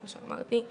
כמו שאמרתי.